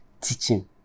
teaching